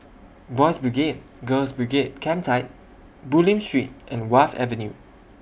Boys' Brigade Girls' Brigade Campsite Bulim Street and Wharf Avenue